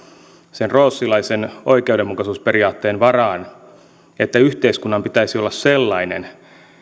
sen rawlsilaisen oikeudenmukaisuusperiaatteen varaan että yhteiskunnan pitäisi olla sellainen